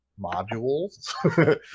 modules